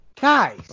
guys